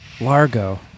Largo